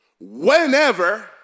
whenever